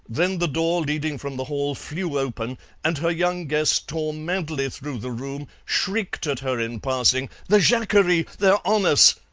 then the door leading from the hall flew open and her young guest tore madly through the room, shrieked at her in passing, the jacquerie! they're on us!